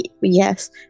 Yes